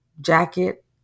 jacket